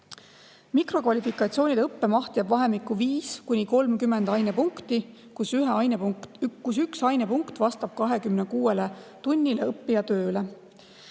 Mikrokvalifikatsioonide õppemaht jääb vahemikku 5–30 ainepunkti, üks ainepunkt vastab 26 tunnile õppija tööle.